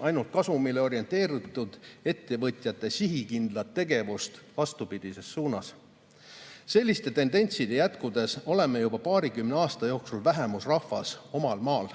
ainult kasumile orienteeritud ettevõtjate sihikindlat tegevust vastupidises suunas. Selliste tendentside jätkudes oleme juba paarikümne aasta jooksul vähemusrahvas omal maal.